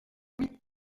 oui